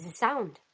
and sound